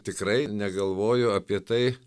tikrai negalvoju apie tai